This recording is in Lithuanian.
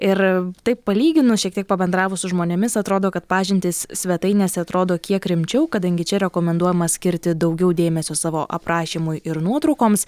ir taip palyginus šiek tiek pabendravus su žmonėmis atrodo kad pažintys svetainėse atrodo kiek rimčiau kadangi čia rekomenduojama skirti daugiau dėmesio savo aprašymui ir nuotraukoms